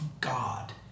God